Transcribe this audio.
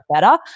better